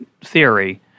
theory